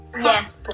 Yes